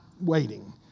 waiting